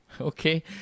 Okay